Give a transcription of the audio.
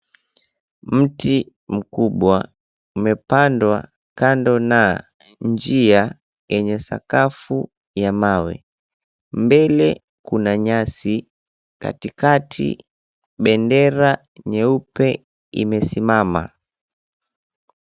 Mti mkubwa umepandwa kando na njia yenye sakafu ya mawe. Mbele kuna nyasi, katikati bendera nyeupe imesimama.